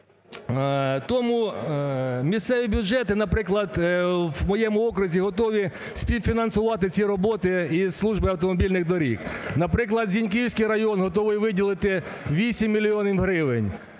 Тому місцеві бюджети, наприклад, в моєму окрузі готові співфінансувати ці роботи і служби автомобільних доріг. Наприклад, Зіньківський район готовий виділити 8 мільйонів гривень,